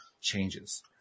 changes